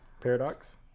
paradox